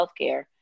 healthcare